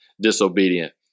disobedient